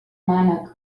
mànec